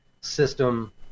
system